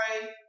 pray